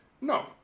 No